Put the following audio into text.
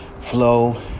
flow